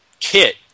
kit